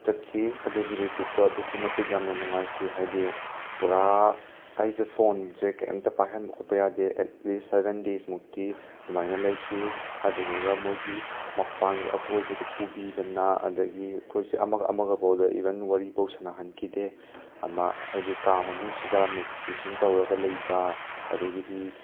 ꯆꯠꯈꯤ ꯑꯗꯨꯒꯤ ꯔꯤꯇ꯭ꯔꯤꯠꯇꯣ ꯑꯗꯨꯛꯀꯤ ꯃꯇꯤꯛ ꯌꯥꯝꯅ ꯅꯨꯡꯉꯥꯏꯈꯤ ꯍꯥꯏꯗꯤ ꯄꯨꯔꯥ ꯑꯩꯁꯦ ꯐꯣꯟꯁꯦ ꯀꯩꯝꯇ ꯄꯥꯏꯍꯟꯕ ꯈꯣꯠꯄ ꯌꯥꯗꯦ ꯑꯦꯠ ꯂꯤꯁ ꯁꯕꯦꯟ ꯗꯦꯁꯃꯨꯛꯇꯤ ꯑꯗꯨꯃꯥꯏꯅ ꯂꯩꯈꯤ ꯑꯗꯨꯗꯨꯒ ꯃꯣꯏꯒꯤ ꯃꯄꯥꯟꯒꯤ ꯑꯀꯣꯏꯕꯗꯨ ꯄꯨꯕꯤꯗꯅ ꯑꯗꯒꯤ ꯑꯩꯈꯣꯏꯁꯦ ꯑꯃꯒ ꯑꯃꯒꯐꯥꯎꯗ ꯏꯕꯟ ꯋꯥꯔꯤꯐꯥꯎ ꯁꯥꯟꯅꯍꯟꯈꯤꯗꯦ ꯑꯃ ꯍꯥꯏꯗꯤ ꯀꯥ ꯃꯅꯨꯡꯁꯤꯗ ꯃꯦꯗꯤꯇꯦꯁꯟ ꯇꯧꯔꯒ ꯂꯩꯕ ꯑꯗꯒꯤꯗꯤ